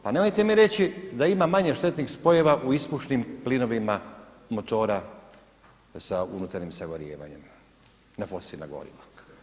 Pa nemojte mi reći da ima manje štetnih spojeva u ispušnim plinovima motora sa unutarnjim sagorijevanjem na fosilna goriva?